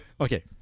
Okay